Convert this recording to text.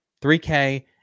3K